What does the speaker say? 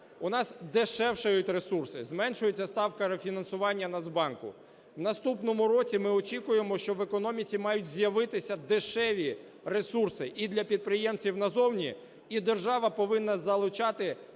У нас дешевшають ресурси, зменшується ставка рефінансування Нацбанку. В наступному році ми очікуємо, що в економіці мають з'явитися дешеві ресурси і для підприємців назовні, і держава повинна залучати